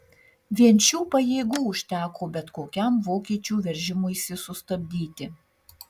vien šių pajėgų užteko bet kokiam vokiečių veržimuisi sustabdyti